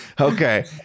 okay